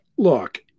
look